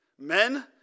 Men